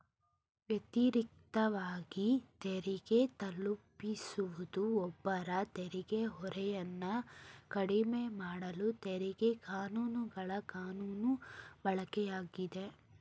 ವ್ಯತಿರಿಕ್ತವಾಗಿ ತೆರಿಗೆ ತಪ್ಪಿಸುವುದು ಒಬ್ಬರ ತೆರಿಗೆ ಹೊರೆಯನ್ನ ಕಡಿಮೆಮಾಡಲು ತೆರಿಗೆ ಕಾನೂನುಗಳ ಕಾನೂನು ಬಳಕೆಯಾಗಿದೆ